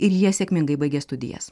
ir jie sėkmingai baigia studijas